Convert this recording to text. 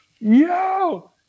yo